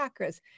chakras